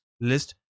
list